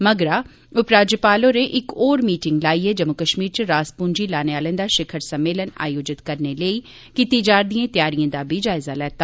मगरा उपराज्यपाल होरें इक होर मीटिंग लाइयै जम्मू कश्मीर च रास पूंजी लाने आहलें दा शिखर सम्मेलन आयोजित करने लेई कीती जा'रदी तैयारिएं दा बी जायजा लैता